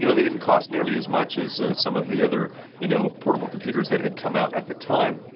you know they didn't cost nearly as much as some of the other you know portable computers that had come out at the time.